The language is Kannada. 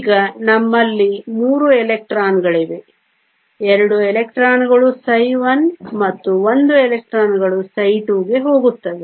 ಈಗ ನಮ್ಮಲ್ಲಿ 3 ಎಲೆಕ್ಟ್ರಾನ್ಗಳಿವೆ 2 ಎಲೆಕ್ಟ್ರಾನ್ಗಳು ψ1 ಮತ್ತು 1 ಎಲೆಕ್ಟ್ರಾನ್ಗಳು ψ2 ಗೆ ಹೋಗುತ್ತವೆ